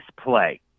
play